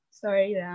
Sorry